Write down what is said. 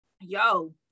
Yo